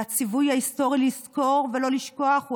והציווי ההיסטורי לזכור ולא לשכוח הוא